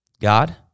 God